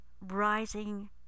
rising